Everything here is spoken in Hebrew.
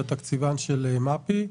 התקציבן של מפ"י.